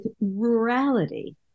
rurality